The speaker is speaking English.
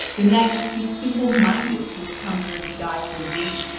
the knight must be simple-minded who has come here to die for thee,